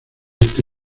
este